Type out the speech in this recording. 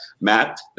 Matt